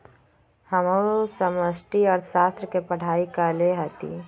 हमहु समष्टि अर्थशास्त्र के पढ़ाई कएले हति